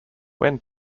when